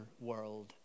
world